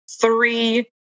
three